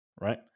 right